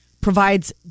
provides